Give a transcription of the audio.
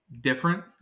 Different